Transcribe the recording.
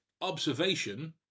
observation